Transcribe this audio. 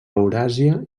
euràsia